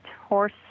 Horse